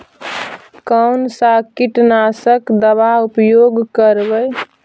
कोन सा कीटनाशक दवा उपयोग करबय?